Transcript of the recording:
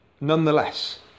Nonetheless